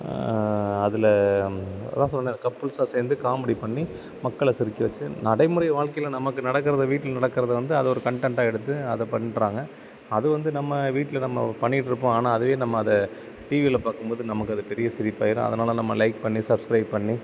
அதில் அதுதான் சொன்னனே கப்புல்ஸாக சேர்ந்து காமெடி பண்ணி மக்களை சிரிக்க வச்சு நடைமுறை வாழ்க்கையில் நமக்கு நடக்கிறத வீட்டில் நடக்கிறத வந்து அதை ஒரு கன்டென்ட்டாக எடுத்து அதை பண்றாங்க அது வந்து நம்ம வீட்டில் நம்ம பண்ணிகிட்டு இருப்போம் ஆனால் அதுவே நம்ம அதை டிவியில் பார்க்கும்போது நமக்கு அது பெரிய சிரிப்பு ஆயிடும் அதனால் நம்ம லைக் பண்ணி சப்ஸ்கிரைப் பண்ணி